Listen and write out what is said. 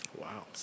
Wow